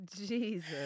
Jesus